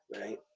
right